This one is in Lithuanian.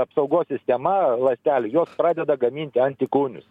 apsaugos sistema ląstelių jos pradeda gaminti antikūnius